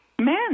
men